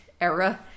era